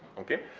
okay?